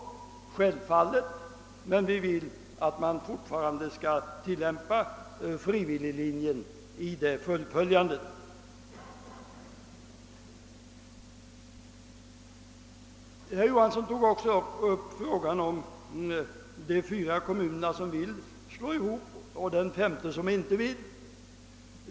Självfallet vill vi det, men vi vill också att frivilliglinjen fortfarande skall tillämpas vid detta fullföljande. Herr Johansson tog upp frågan om fall av den typen där fyra kommuner vill gå samman medan den femte inte vill det.